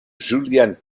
julian